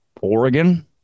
Oregon